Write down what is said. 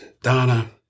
Donna